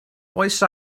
oedd